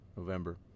november